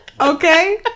Okay